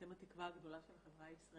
אתם התקווה הגדולה של החברה הישראלית.